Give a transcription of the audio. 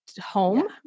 home